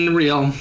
real